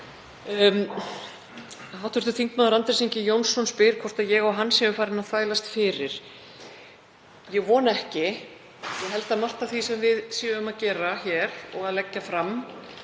Hv. þm. Andrés Ingi Jónsson spyr hvort ég og hann séum farin að þvælast fyrir. Ég vona ekki, ég held að margt af því sem við erum að gera hér og leggja fram